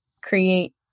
create